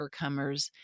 overcomers